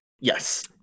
Yes